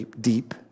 deep